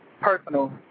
personal